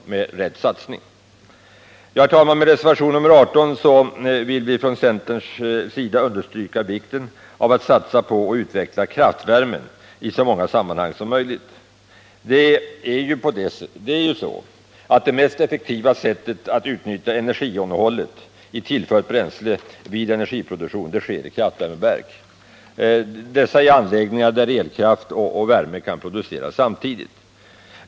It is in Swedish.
Herr talman! Med reservation nr 18 vill vi från centerns sida understryka vikten av att satsa på och utveckla kraftvärmen i så många sammanhang som möjligt. Det är ju så att det mest effektiva sättet att utnyttja energiinnehållet i tillfört bränsle vid energiproduktion är att utnyttja kraftvärmeverk. Det är anläggningar där elkraft och värme kan produceras samtidigt.